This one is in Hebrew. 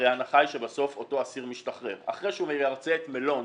הרי ההנחה היא שבסוף אותו אסיר משתחרר אחרי שהוא מרצה את מלוא עונשו,